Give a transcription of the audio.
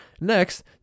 Next